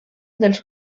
dels